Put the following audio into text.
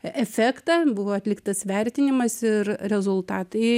efektą buvo atliktas vertinimas ir rezultatai